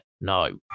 no